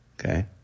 Okay